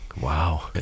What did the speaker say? Wow